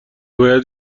باید